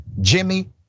Jimmy